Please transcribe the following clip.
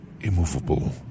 immovable